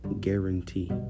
Guarantee